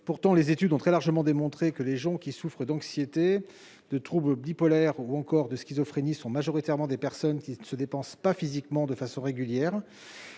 Pourtant, les études ont très largement démontré que ceux qui souffrent d'anxiété, de troubles bipolaires ou encore de schizophrénie sont majoritairement des personnes qui ne se dépensent pas physiquement de façon régulière.